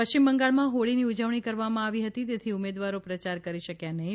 પશ્ચિમ બંગાળમાં હોળીની ઉજવણી કરવામાં આવી હતી તેથી ઉમેદવારો પ્રયાર કરી શક્યા નહીં